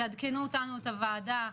תעדכנו אותנו, את הוועדה.